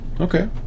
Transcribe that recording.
Okay